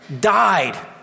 died